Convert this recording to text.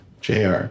JR